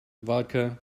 vodka